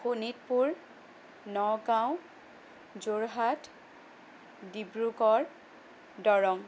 Sonitpur Nagaon Jorhat Dibrugarh Darrang